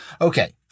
okay